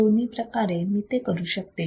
दोन्ही प्रकारे मी ते करू शकते